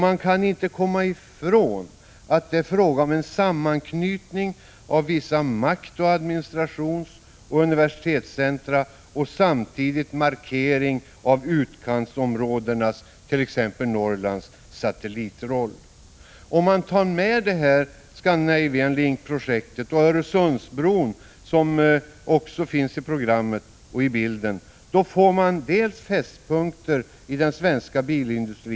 Man kan inte komma ifrån att det är fråga om en sammanknytning av vissa makt-, administrationsoch universitetscentra och samtidigt en markering av utkantsområdenas, t.ex. Norrlands, satellitroll. Om man tar med Scandinavian Link-projektet och Öresundsbron i bilden — de finns också med : programmet — finner man att fästpunkterna finns i den svenska bilindustriz.